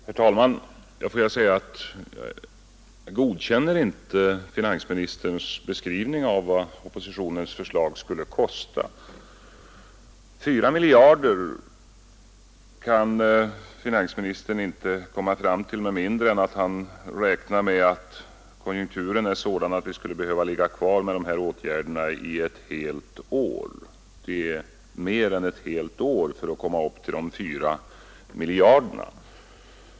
Herr talman! Jag godkänner inte finansministerns beskrivning av vad oppositionens förslag skulle kosta. 4 miljarder kronor kan finansministern inte komma fram till med mindre än att han räknar med att konjunkturen är sådan att vi skall behöva ligga kvar med dessa åtgärder i mer än ett helt år.